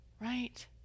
Right